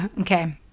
Okay